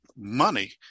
money